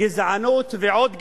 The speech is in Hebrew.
גזענות ועוד גזענות,